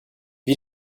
wie